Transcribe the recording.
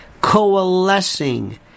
coalescing